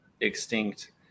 extinct